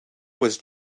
was